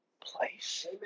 place